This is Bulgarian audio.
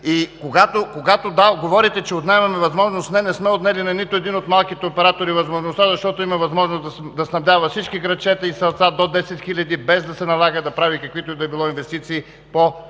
Когато говорите, че отнемаме възможност – не, не сме отнели на нито един от малките оператори възможността, защото има възможност да снабдява всички градчета и селца до 10 хиляди, без да се налага да прави каквито и да било инвестиции по стълбовете.